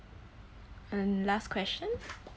and last question